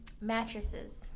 Mattresses